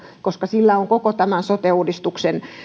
koska sillä on koko tämän sote uudistuksen